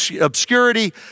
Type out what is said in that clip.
obscurity